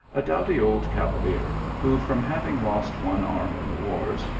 a doughty old cavalier, who, from having lost one arm in the wars,